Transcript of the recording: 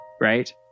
Right